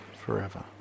forever